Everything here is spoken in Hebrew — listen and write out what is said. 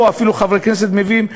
או אפילו חברי כנסת מביאים,